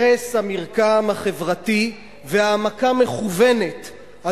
הרס המרקם החברתי והעמקה מכוונת,